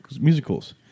musicals